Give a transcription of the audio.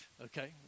okay